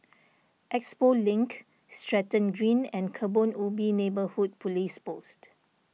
Expo Link Stratton Green and Kebun Ubi Neighbourhood Police Post